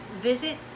visit